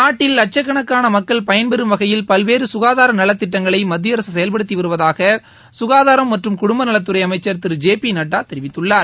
நாட்டில் லட்சக்கணக்கான மக்கள் பயன்பெறும் வகையில் பல்வேறு குகாதார நலத்திட்டங்களை மத்தியஅரக செயல்படுத்தி வருவதாக ககாதாரம் மற்றும் குடும்பநலத்துறை அமைச்சர் திரு ஜே பி நட்டா தெரிவித்துள்ளார்